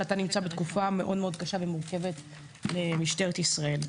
אתה נמצא בתקופה מאוד מאוד קשה ומורכבת למשטרת ישראל,